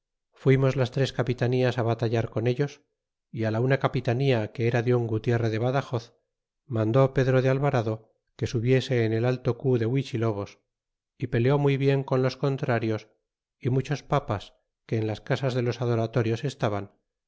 fuimos las tres capitanías á batallar con ellos y la una capitanía que era de un gutierre de badajoz mandó pedro de alvarado que subiese en el alto cu de huichilobos y peleó muy bien con los contrarios y muchos papas que en las casas de los adoratorios estaban